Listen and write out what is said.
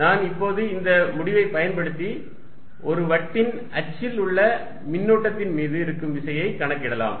நான் இப்போது இந்த முடிவைப் பயன்படுத்தி ஒரு வட்டின் அச்சில் உள்ள மின்னூட்டத்தின் மீது இருக்கும் விசையை கணக்கிடலாம்